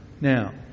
Now